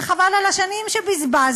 וחבל על השנים שבזבזנו.